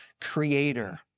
creator